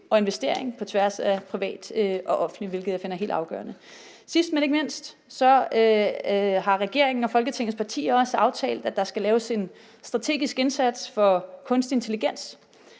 og investering på tværs af privat og offentligt, hvilket jeg finder helt afgørende. Sidst, men ikke mindst, har regeringen og Folketingets partier også aftalt, at der skal laves en strategisk indsats for kunstig intelligens.